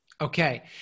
Okay